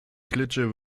klitsche